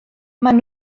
maen